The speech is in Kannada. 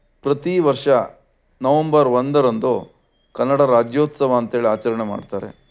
ಪ್ರತಿ ವರ್ಷ ನವಂಬರ್ ಒಂದರಂದು ಕನ್ನಡ ರಾಜ್ಯೋತ್ಸವ ಅಂತೇಳಿ ಆಚರಣೆ ಮಾಡ್ತಾರೆ